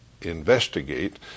investigate